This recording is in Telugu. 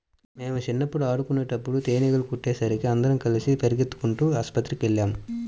మేం చిన్నప్పుడు ఆడుకునేటప్పుడు తేనీగలు కుట్టేసరికి అందరం కలిసి పెరిగెత్తుకుంటూ ఆస్పత్రికెళ్ళాం